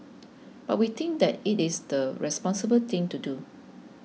but we think that it is the responsible thing to do